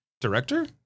director